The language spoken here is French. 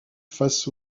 face